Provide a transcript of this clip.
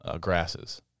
grasses